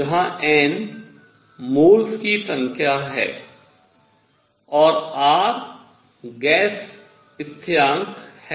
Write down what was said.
जहां n moles की संख्या है और R गैस स्थिरांक है